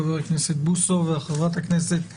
חבר הכנסת בוסו וחברת הכנסת לשעבר,